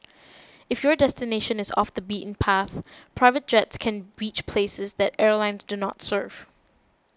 if your destination is off the beaten path private jets can reach places that airlines do not serve